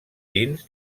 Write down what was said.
dins